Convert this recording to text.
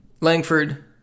Langford